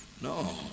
no